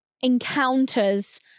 encounters